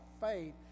faith